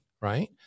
Right